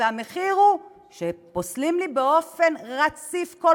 המחיר הוא שהם פוסלים לי באופן רציף כל